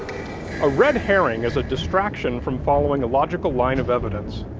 a red herring is a distraction from following a logical line of evidence.